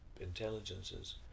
intelligences